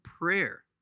prayer